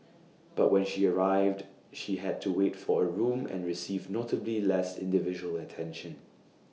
but when she arrived she had to wait for A room and received notably less individual attention